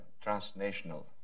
transnational